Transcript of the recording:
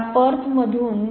आता पर्थमधून Perth